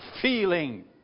feeling